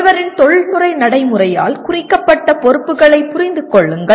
ஒருவரின் தொழில்முறை நடைமுறையால் குறிக்கப்பட்ட பொறுப்புகளைப் புரிந்து கொள்ளுங்கள்